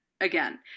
again